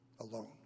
alone